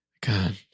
God